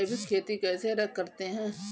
जैविक खेती कैसे करते हैं?